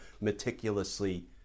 meticulously